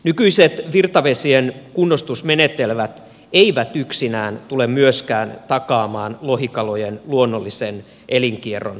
nykyiset virtavesien kunnostusmenetelmät eivät yksinään tule myöskään takaamaan lohikalojen luonnollisen elinkierron elpymistä